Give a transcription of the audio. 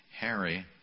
Harry